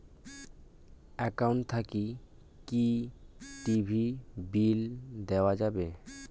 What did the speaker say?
Account থাকি কি TV bill দেওয়া যাবে?